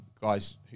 guys